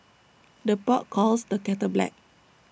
the pot calls the kettle black